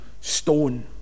stone